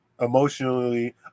emotionally